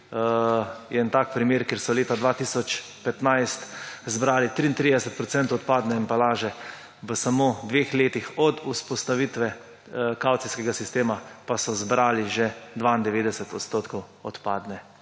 je en tak primer, kjer so leta 2015 zbrali 33 procentov odpadne embalaže, v samo dveh letih od vzpostavitve kavcijskega sistema pa so zbrali že 92 odstotkov